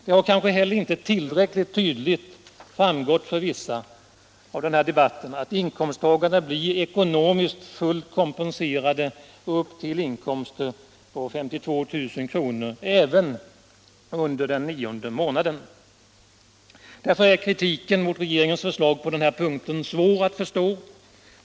Det har kanske inte heller tillräckligt tydligt framgått av debatten att inkomsttagarna blir ekonomiskt fullt kompenserade upp till inkomster på 52 000 kr. även under den nionde månaden. Därför är kritiken mot regeringens förslag på den här punkten svår att förstå.